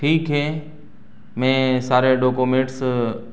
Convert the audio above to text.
ٹھیک ہیں میں سارے ڈوکومنٹس